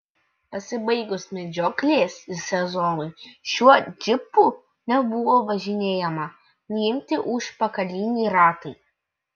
pasibaigus medžioklės sezonui šiuo džipu nebuvo važinėjama nuimti užpakaliniai ratai